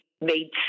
made